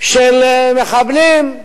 של מחבלים,